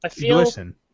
Listen